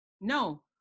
No